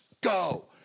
go